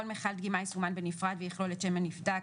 כל מכל דגימה יסומן בנפרד ויכלול את שם הנבדק,